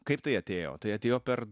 kaip tai atėjo tai atėjo per